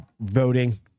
voting